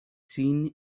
seen